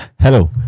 Hello